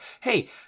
hey